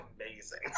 amazing